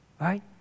right